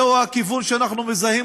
זהו הכיוון שאנחנו מזהים